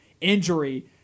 injury